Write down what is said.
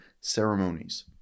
ceremonies